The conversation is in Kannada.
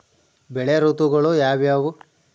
ಬೆಳೆ ಋತುಗಳು ಯಾವ್ಯಾವು?